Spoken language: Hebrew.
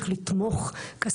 את יודעת,